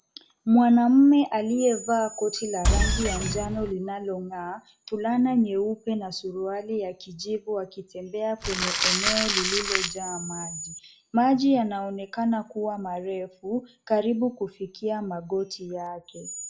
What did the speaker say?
Mwanaume aliyevaa koti la rangi ya njano linalong'aa, fulana nyeupe na suruali ya kijivu akitembea kwenye eneo lililojaa maji, maji yanaonekana kuwa marefu karibu kufikia magoti yake.